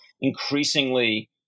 increasingly